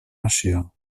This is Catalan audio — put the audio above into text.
nació